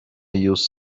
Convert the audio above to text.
use